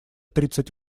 тридцать